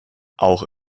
auch